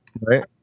Right